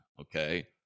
okay